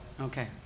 Okay